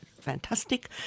fantastic